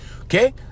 okay